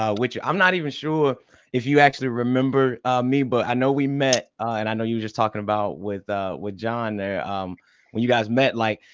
ah which i'm not even sure if you actually remember me but i know we met and i know you were just talking about with ah with john there when you guys met, like,